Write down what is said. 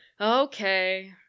Okay